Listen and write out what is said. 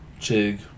Chig